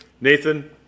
nathan